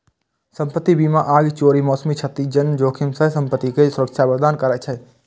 संपत्ति बीमा आगि, चोरी, मौसमी क्षति सन जोखिम सं संपत्ति कें सुरक्षा प्रदान करै छै